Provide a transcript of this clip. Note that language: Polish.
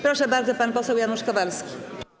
Proszę bardzo, pan poseł Janusz Kowalski.